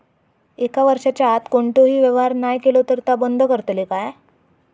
एक वर्षाच्या आत कोणतोही व्यवहार नाय केलो तर ता बंद करतले काय?